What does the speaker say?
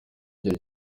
cyari